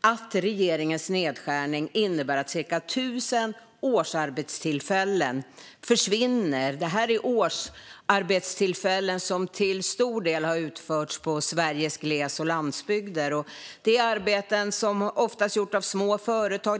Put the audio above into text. att regeringens nedskärning innebär att cirka 1 000 årsarbetstillfällen försvinner. Det här är årsarbetstillfällen som till stor del har funnits i Sveriges gles och landsbygder. Det är arbeten som oftast har gjorts av små företag.